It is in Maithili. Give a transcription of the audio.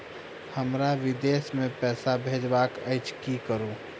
हमरा विदेश मे पैसा भेजबाक अछि की करू?